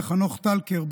וחנוך טלקר,